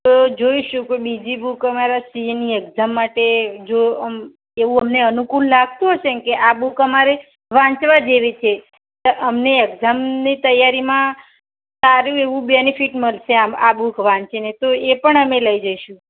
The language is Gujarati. તો જોઈશું જો બીજી બૂક અમારા સી એની એક્ઝામ માટે જો આમ એવું અમને અનુકૂળ લાગતું હશેને કે આ બૂક અમારે વાંચવા જેવી છે અમને એક્ઝામની તૈયારીમાં સારું એવું બેનીફીટ મળશે આ બૂક વાંચીને તો એ પણ અમે લઈ જઈશું